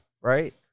Right